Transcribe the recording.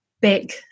big